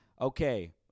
Okay